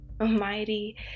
almighty